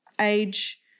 age